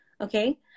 okay